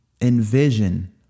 envision